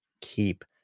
keep